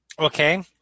Okay